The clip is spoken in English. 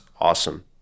awesome